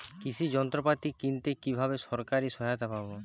কৃষি যন্ত্রপাতি কিনতে কিভাবে সরকারী সহায়তা পাব?